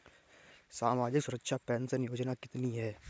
सामाजिक सुरक्षा पेंशन योजना कितनी हैं?